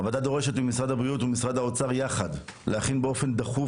הוועדה דורשת ממשרד הבריאות ומשרד האוצר יחד להכין באופן דחוף